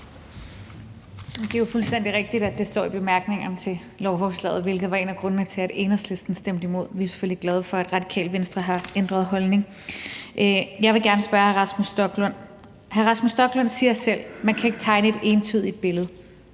Det er jo fuldstændig rigtigt, at det er det, der står i bemærkningerne til lovforslaget, hvilket var en af grundene til, at Enhedslisten stemte imod. Vi er selvfølgelig glade for, at Radikale Venstre har ændret holdning. Jeg vil gerne stille et spørgsmål til hr. Rasmus Stoklund, for hr. Rasmus Stoklund siger selv, man ikke kan tegne et entydigt billede